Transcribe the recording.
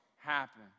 happen